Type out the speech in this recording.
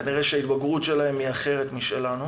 כנראה ההתבגרות שלהם אחרת משלנו.